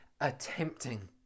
attempting